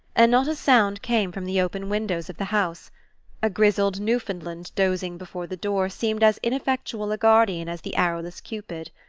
and not a sound came from the open windows of the house a grizzled newfoundland dozing before the door seemed as ineffectual a guardian as the arrowless cupid.